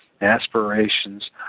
aspirations